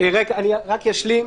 אני רק אשלים.